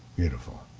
beautiful.